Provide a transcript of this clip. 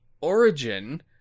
origin